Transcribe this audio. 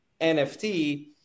NFT